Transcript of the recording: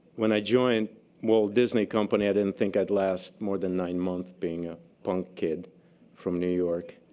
when i joined walt disney company, i didn't think i'd last more than nine months being a punk kid from new york.